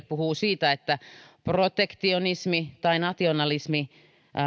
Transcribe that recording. puhuivat siitä että protektionismi tai nationalismi